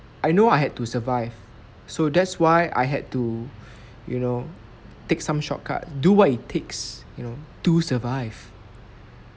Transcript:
I know I had to survive so that's why I had to you know take some shortcut do what it takes you know to survive